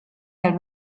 dal